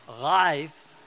life